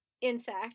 insect